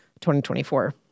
2024